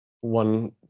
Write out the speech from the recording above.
one